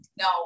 no